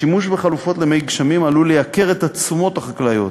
השימוש בחלופות למי גשמים עלול לייקר את התשומות החקלאיות,